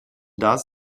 das